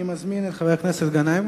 אני מזמין את חבר הכנסת מסעוד גנאים.